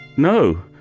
No